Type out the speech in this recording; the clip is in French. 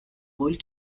rôles